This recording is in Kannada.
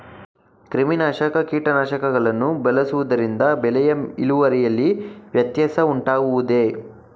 ಕ್ರಿಮಿನಾಶಕ ಕೀಟನಾಶಕಗಳನ್ನು ಬಳಸುವುದರಿಂದ ಬೆಳೆಯ ಇಳುವರಿಯಲ್ಲಿ ವ್ಯತ್ಯಾಸ ಉಂಟಾಗುವುದೇ?